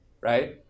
Right